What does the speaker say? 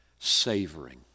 savoring